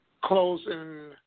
Closing